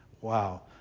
Wow